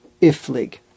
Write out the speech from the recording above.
Iflig